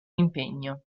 impegno